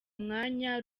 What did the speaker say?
mwanya